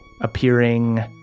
appearing